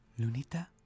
Lunita